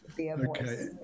Okay